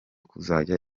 kuzajya